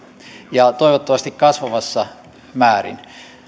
ja toivottavasti kasvavassa määrin pyydän